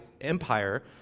Empire